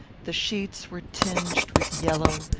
the sheets were tinged with yellow,